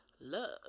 love